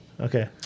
Okay